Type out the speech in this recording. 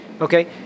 Okay